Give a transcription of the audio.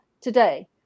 today